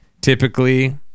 typically